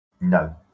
No